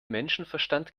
menschenverstand